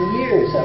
years